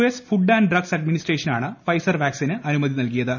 S food and drugs administration ആണ് Pfizer വാക് സിന് അനുമതി നൽകിയത്